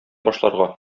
башларга